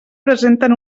presenten